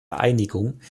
einigung